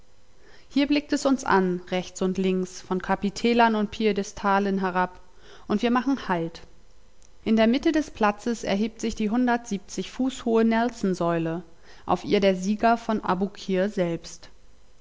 hier blickt es uns an rechts und links von kapitälern und piedestalen herab und wir machen halt in der mitte des platzes erhebt sich die hundertundsiebzig fuß hohe nelson säule auf ihr der sieger von abukir selbst